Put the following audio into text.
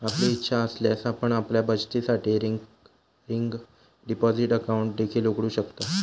आपली इच्छा असल्यास आपण आपल्या बचतीसाठी रिकरिंग डिपॉझिट अकाउंट देखील उघडू शकता